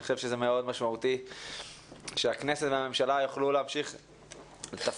אני חושב שזה מאוד משמעותי שהכנסת והממשלה יוכלו להמשיך לתפקד.